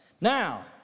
Now